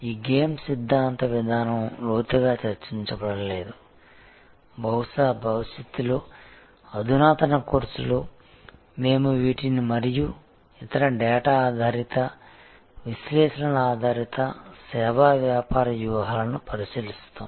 ఈ గేమ్ సిద్ధాంత విధానం లోతుగా చర్చించబడలేదు బహుశా భవిష్యత్తులో అధునాతన కోర్సులో మేము వీటిని మరియు ఇతర డేటా ఆధారిత విశ్లేషణల ఆధారిత సేవా వ్యాపార వ్యూహాలను పరిశీలిస్తాము